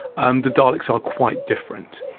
and the daleks are quite different.